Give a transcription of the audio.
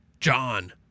John